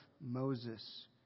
Moses